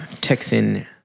Texan